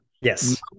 Yes